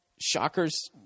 Shockers